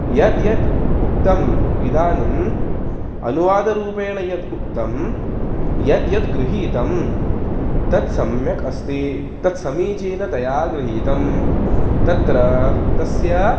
यद्यद् उक्तम् इदानीम् अनुवादरूपेण यद् उक्तं यद्यद् गृहीतं तत् सम्यक् अस्ति तत् समीचीनतया गृहीतं तत्र तस्य